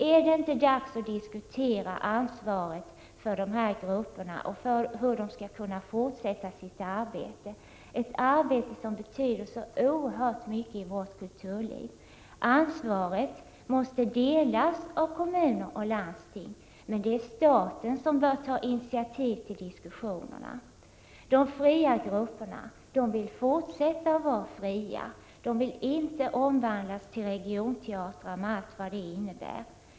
Är det inte dags att diskutera ansvaret för de här grupperna och hur de skall kunna fortsätta sitt arbete — ett arbete som betyder så oerhört mycket i vårt kulturliv? Ansvaret måste delas av kommuner och landsting, men det är staten som bör ta initiativ till diskussionerna. De fria grupperna vill fortsätta att vara fria. De vill inte omvandlas till regionteatrar med allt vad det innebär.